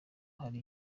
hari